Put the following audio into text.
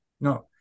no